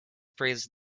praised